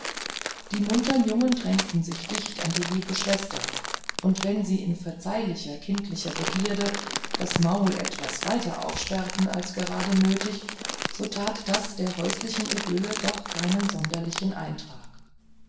die muntern jungen drängten sich dicht an die liebe schwester und wenn sie in verzeihlicher kindischer begier das maul etwas weiter aufsperrten als gerade nötig so tat das der häuslichen idylle doch keinen sonderlichen eintrag